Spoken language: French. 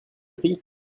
gris